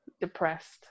depressed